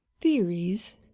theories